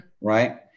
Right